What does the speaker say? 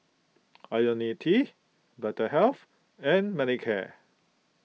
Ionil T Vitahealth and Manicare